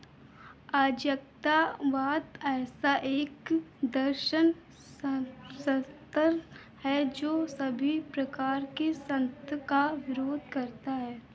अराजकतावाद ऐसा एक दर्शन सत्र है जो सभी प्रकार की संत्त का विरोध करता है